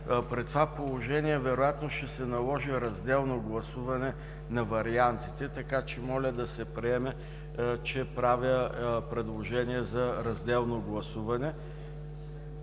при това положение вероятно ще се наложи разделно гласуване на вариантите, така че моля да се приеме, че правя предложение за разделно гласуване.